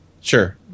Sure